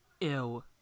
Ew